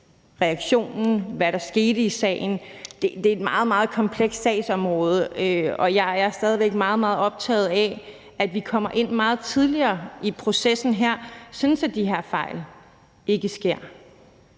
til hvad der skete i sagen? Det er et meget, meget komplekst sagsområde. Jeg er stadig væk meget, meget optaget af, at vi kommer ind meget tidligere i processen her, sådan at de her fejl ikke sker.